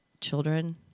children